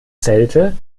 zelte